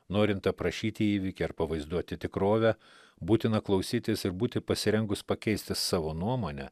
norint aprašyti įvykį ar pavaizduoti tikrovę būtina klausytis ir būti pasirengus pakeisti savo nuomonę